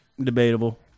Debatable